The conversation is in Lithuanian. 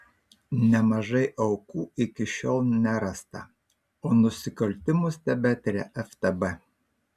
nemažai aukų iki šiol nerasta o nusikaltimus tebetiria ftb